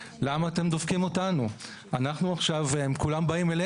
לא רק שהוא לא יכול לקחת תשלום לקחו ממנו אקסטרה.